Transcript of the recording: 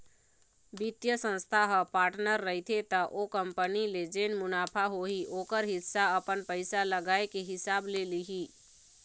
बित्तीय संस्था ह पार्टनर रहिथे त ओ कंपनी ले जेन मुनाफा होही ओखर हिस्सा अपन पइसा लगाए के हिसाब ले लिही